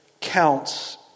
counts